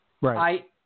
Right